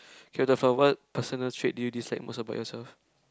K the for what personal trait do you dislike most about yourself